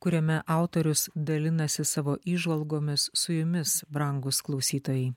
kuriame autorius dalinasi savo įžvalgomis su jumis brangūs klausytojai